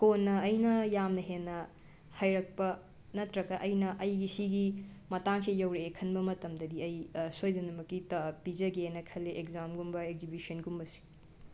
ꯀꯣꯟꯅ ꯑꯩꯅ ꯌꯥꯝꯅ ꯍꯦꯟꯅ ꯍꯩꯔꯛꯄ ꯅꯠꯇ꯭ꯔꯒ ꯑꯩꯅ ꯑꯩꯒꯤ ꯁꯤꯒꯤ ꯃꯇꯥꯡꯁꯦ ꯌꯧꯔꯑꯦ ꯈꯟꯕ ꯃꯇꯝꯗꯗꯤ ꯑꯩ ꯁꯣꯏꯗꯅꯃꯛꯀꯤ ꯇꯥ ꯄꯤꯖꯒꯦꯅ ꯈꯜꯂꯦ ꯑꯦꯛꯖꯥꯝꯒꯨꯝꯕ ꯑꯦꯛꯖꯤꯕꯤꯁꯟꯒꯨꯝꯕꯁꯤ